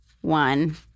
one